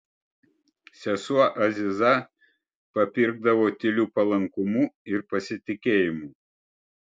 sesuo aziza papirkdavo tyliu palankumu ir pasitikėjimu